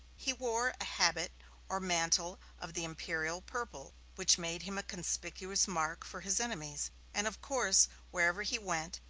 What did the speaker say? he wore a habit or mantle of the imperial purple, which made him a conspicuous mark for his enemies and, of course, wherever he went,